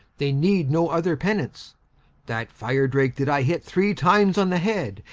they need no other pennance that firedrake did i hit three times on the head,